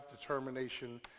determination